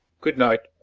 good night.